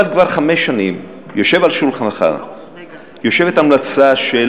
אבל כבר חמש שנים יושבת על שולחנך המלצה של